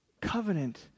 covenant